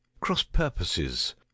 cross-purposes